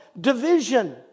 division